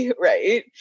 right